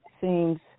seems